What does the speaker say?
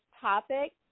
topic